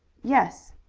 yes.